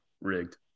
Rigged